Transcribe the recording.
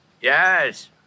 Yes